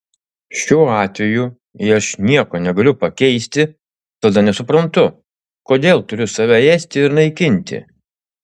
šiuo atveju jei aš nieko negaliu pakeisti tada nesuprantu kodėl turiu save ėsti ir naikinti